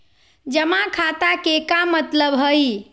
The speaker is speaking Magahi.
जमा खाता के का मतलब हई?